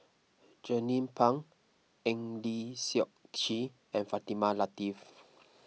Jernnine Pang Eng Lee Seok Chee and Fatimah Lateef